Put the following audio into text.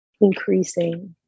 increasing